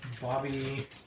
Bobby